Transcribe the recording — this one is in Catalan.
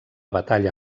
batalla